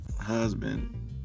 husband